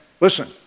listen